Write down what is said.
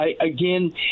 Again